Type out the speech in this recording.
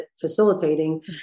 facilitating